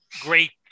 Great